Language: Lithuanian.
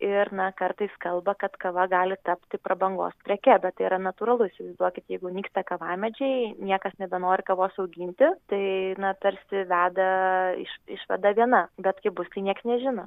ir na kartais kalba kad kava gali tapti prabangos preke bet tai yra natūralu įsivaizduokit jeigu nyksta kavamedžiai niekas nebenori kavos auginti tai na tarsi veda iš išvada viena bet kaip bus tai nieks nežino